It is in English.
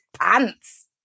pants